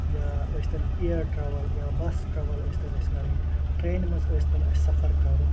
یا ٲستن air travel یا بس ٹرول ٲستن اَسہِ کَرٕنۍ ٹرٛینہِ منٛز ٲستن اَسہِ سفر کَرُن